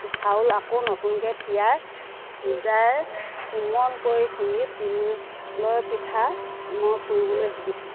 চাউল আকৌ নতুনকৈ তিয়াই ভিজাই কোমলকৈ খুন্দি তিলৰ পিঠা মই পুৰিবলৈ শিকিছিলোঁ